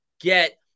get